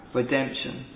redemption